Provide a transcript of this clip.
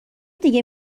دیگه